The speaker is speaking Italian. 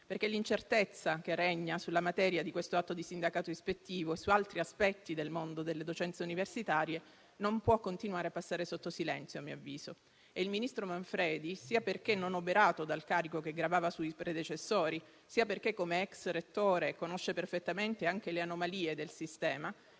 perché l'incertezza che regna sulla materia oggetto di questo atto di sindacato ispettivo e su altri aspetti del mondo delle docenze universitarie non può, a mio avviso, continuare a passare sotto silenzio. Ritengo che il ministro Manfredi, sia perché non oberato dal carico che gravava sui predecessori, sia perché come ex rettore conosce perfettamente anche le anomalie del sistema,